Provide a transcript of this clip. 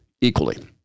equally